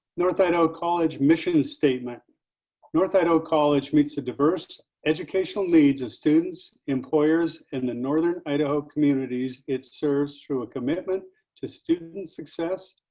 north idaho college mission statement north idaho college meets the diverse educational needs of students, employers, and the northern idaho communities it serves through a commitment to student success,